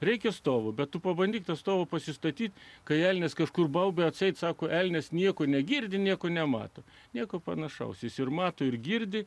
reikia stovo bet tu pabandyk pastovų pasistatyti kai elnias kažkur baubė atseit sako elnias nieko negirdi nieko nemato nieko panašaus ir mato ir girdi